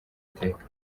iteka